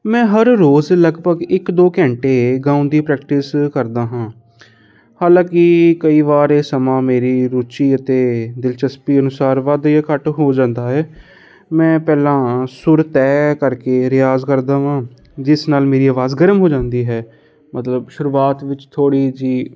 ਮੈਂ ਹਰ ਰੋਜ਼ ਲਗਭਗ ਇੱਕ ਦੋ ਘੰਟੇ ਗਾਉਣ ਦੀ ਪ੍ਰੈਕਟਿਸ ਕਰਦਾ ਹਾਂ ਹਾਲਾਂਕਿ ਕਈ ਵਾਰ ਇਹ ਸਮਾਂ ਮੇਰੀ ਰੁਚੀ ਅਤੇ ਦਿਲਚਸਪੀ ਅਨੁਸਾਰ ਵੱਧ ਜਾ ਘੱਟ ਹੋ ਜਾਂਦਾ ਹੈ ਮੈਂ ਪਹਿਲਾਂ ਸੁਰ ਤੈਅ ਕਰਕੇ ਰਿਆਜ਼ ਕਰਦਾ ਹਾਂ ਜਿਸ ਨਾਲ ਮੇਰੀ ਆਵਾਜ਼ ਗਰਮ ਹੋ ਜਾਂਦੀ ਹੈ ਮਤਲਬ ਸ਼ੁਰੂਆਤ ਵਿੱਚ ਥੋੜ੍ਹੀ ਜਿਹੀ